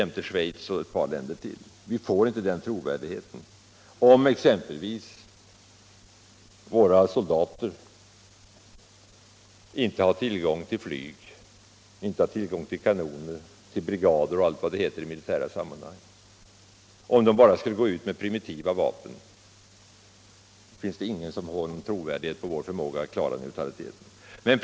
Men ingen tror på vår förmåga att klara neutraliteten, om exempelvis våra soldater inte har tillgång till flygplan, kanoner m.m. utan endast utrustas med primitiva vapen.